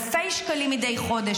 אלפי שקלים מדי חודש,